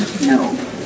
No